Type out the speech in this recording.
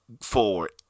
Forward